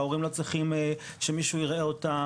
ההורים צריכים שמישהו יראה אותם,